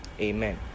amen